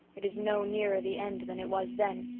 it is no nearer the end than it was then,